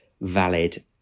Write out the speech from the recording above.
valid